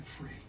free